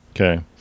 Okay